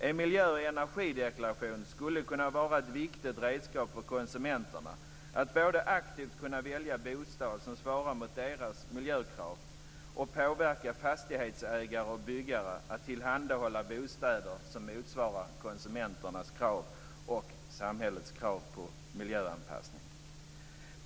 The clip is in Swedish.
En miljö och energideklaration skulle kunna vara ett viktigt redskap för konsumenterna att både aktivt välja bostad som svarar mot deras miljökrav och påverka fastighetsägare och byggare att tillhandahålla bostäder som motsvarar konsumenternas och samhällets krav på miljöanpassning.